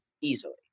easily